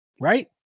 right